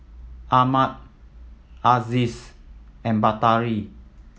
Ahmad Aziz and Batari